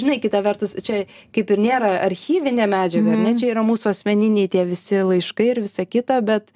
žinai kita vertus čia kaip ir nėra archyvinė medžiaga ar ne čia yra mūsų asmeniniai tie visi laiškai ir visa kita bet